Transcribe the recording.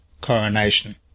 coronation